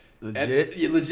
Legit